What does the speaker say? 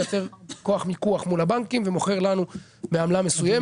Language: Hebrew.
מייצר כוח מיקוח מול הבנקים ומוכר לנו בעמלה מסוימת.